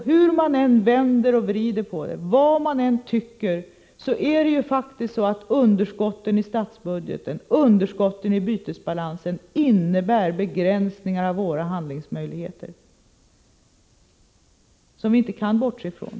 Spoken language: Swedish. Hur man än vänder och vrider på förhållandena, och vad man än tycker, är det ju faktiskt så att underskotten i statsbudgeten och i bytesbalansen innebär begränsningar av våra handlingsmöjligheter som vi inte kan bortse från.